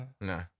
No